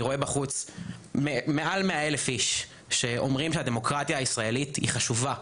אני רואה בחוץ מעל 100 אלף איש שאומרים שהדמוקרטיה הישראלית היא חשובה,